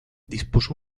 dispuso